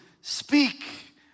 speak